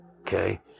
okay